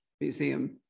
museum